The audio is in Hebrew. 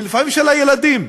ולפעמים של הילדים.